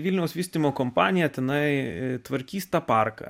vilniaus vystymo kompanija tenai tvarkys tą parką